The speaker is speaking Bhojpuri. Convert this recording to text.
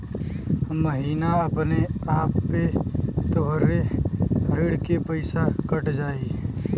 महीना अपने आपे तोहरे ऋण के पइसा कट जाई